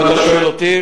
אם אתה שואל אותי,